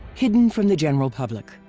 hidden from the general public.